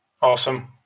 Awesome